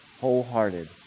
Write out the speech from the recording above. Wholehearted